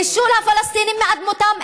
נישול הפלסטינים מאדמותיהם,